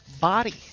body